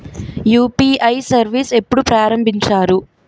UPI service ఎప్పుడు ప్రారంభించారు?